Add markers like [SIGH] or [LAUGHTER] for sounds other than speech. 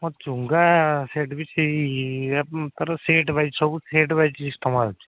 ମୁଁ ଚୁଙ୍ଗା ସେଟ୍ ବି ସେହି [UNINTELLIGIBLE] ତା'ର ସେଟ୍ ୱାଇଜ୍ ସବୁ ସେଟ୍ ୱାଇଜ୍ ସିଷ୍ଟମ୍ ଆଉଛି